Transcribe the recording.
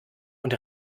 und